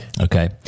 Okay